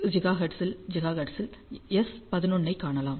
25 gigahertz இல் S11 ஐக் காணலாம்